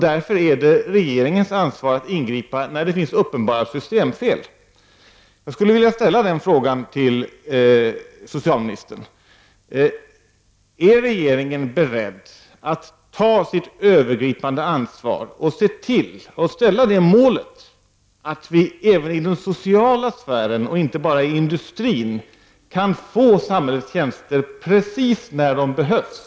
Därför är det regeringens ansvar att ingripa när det finns uppenbara systemfel. Jag skulle vilja ställa frågan till socialministern: Är regeringen beredd att ta sitt övergripande ansvar att se till att sätta målet att vi även i den sociala sfären, och inte bara inom industrin, kan få samhällstjänster precis när de behövs?